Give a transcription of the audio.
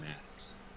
masks